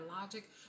logic